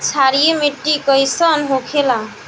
क्षारीय मिट्टी कइसन होखेला?